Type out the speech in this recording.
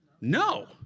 No